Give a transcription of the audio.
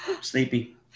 sleepy